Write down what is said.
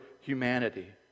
humanity